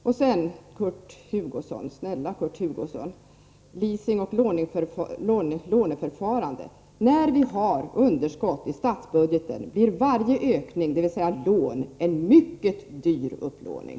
Sedan, snälla Kurt Hugosson, är det så när det gäller leasing och låneförfarande att när vi har underskott i statsbudgeten, så blir varje ökning, dvs. varje lån, en mycket dyr upplåning.